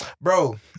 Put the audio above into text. bro